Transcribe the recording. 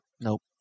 Nope